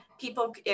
people